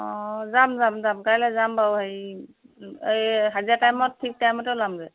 অঁ যাম যাম যাম কাইলৈ যাম বাৰু হেৰি এই হাজিৰা টাইমত ঠিক টাইমতে ওলামগৈ